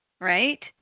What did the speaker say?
right